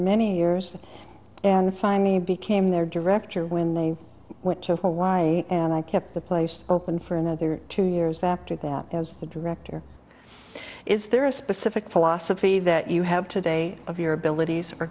many years and finally became their director when they went to hawaii and i kept the place open for another two years after that i was the director is there a specific philosophy that you have today of your abilities or